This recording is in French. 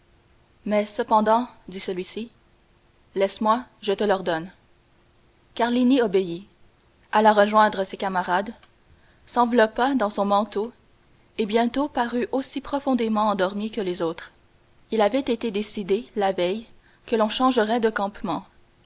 mais cependant dit celui-ci laisse-moi je te l'ordonne carlini obéit alla rejoindre ses camarades s'enveloppa dans son manteau et bientôt parut aussi profondément endormi que les autres il avait été décidé la veille que l'on changerait de campement